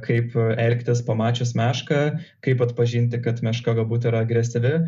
kaip elgtis pamačius mešką kaip atpažinti kad meška galbūt yra agresyvi